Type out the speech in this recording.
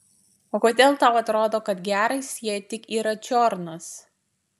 o kodėl tau atrodo kad geras jei tik yra čiornas